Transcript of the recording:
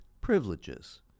privileges